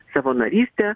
savo narystę